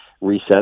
reset